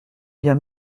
bien